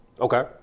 Okay